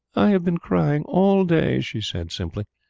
i have been crying all day, she said simply.